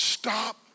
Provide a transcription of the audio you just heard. Stop